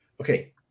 Okay